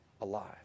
alive